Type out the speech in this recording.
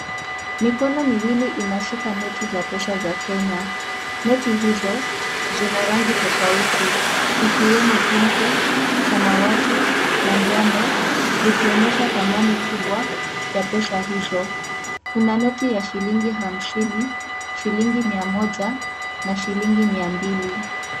Mikono miwili inashika noti za pesa za Kenya. Noti hizo zina rangi tofauti ikiwemo pinki, samawati na njano. Zikionyesha thamani kubwa ya pesa hizo. Kuna noti ya shilingi hamsini, shilingi mia moja na shilingi mia mbili.